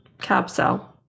Capsule